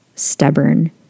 stubborn